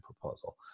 proposal